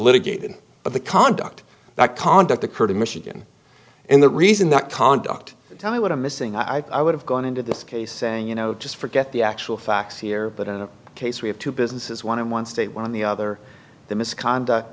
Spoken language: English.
the conduct that conduct occurred in michigan and the reason that conduct tell me what i'm missing i i would have gone into this case saying you know just forget the actual facts here but in a case we have two businesses one in one state one on the other the misconduct